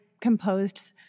composed